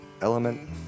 element